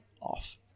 off